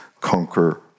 conquer